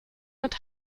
mit